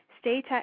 stay